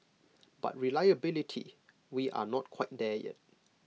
but reliability we are not quite there yet